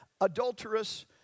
adulterous